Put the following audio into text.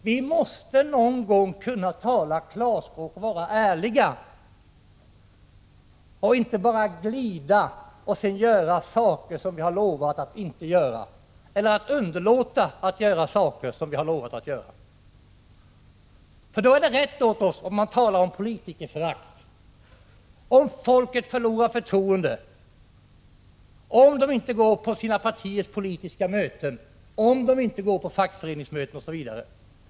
Vi måste någon gång kunna tala klarspråk och vara ärliga, inte bara glida undan och sedan underlåta att göra saker som vi har lovat att göra. I så fall är det rätt om man talar om politikerförakt, om folket förlorar förtroendet för oss och inte går på sina partiers politiska möten, inte går på fackföreningsmöten osv.